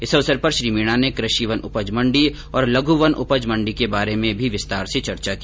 इस अवसर पर श्री मीणा ने कृषि वन उपज मण्डी और लघु वन उपज मण्डी के बारे में भी विस्तार से चर्चा की